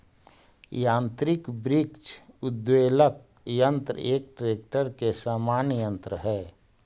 यान्त्रिक वृक्ष उद्वेलक यन्त्र एक ट्रेक्टर के समान यन्त्र हई